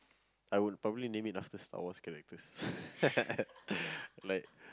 I would probably name it after Star-Wars characters like